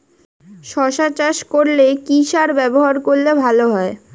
শশা চাষ করলে কি সার ব্যবহার করলে ভালো হয়?